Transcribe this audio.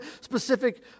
specific